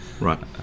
Right